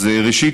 אז ראשית,